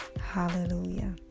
hallelujah